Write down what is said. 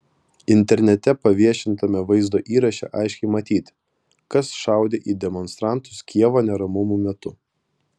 internete paviešintame vaizdo įraše aiškiai matyti kas šaudė į demonstrantus kijevo neramumų metu